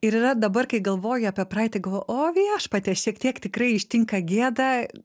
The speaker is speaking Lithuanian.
ir yra dabar kai galvoju apie praeitį o viešpatie šiek tiek tikrai ištinka gėda